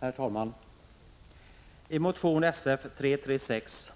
Herr talman! I motion Sf336